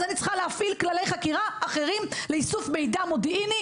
אז אני צריכה להפעיל כללי חקירה אחרים לשם איסוף מידע מודיעיני,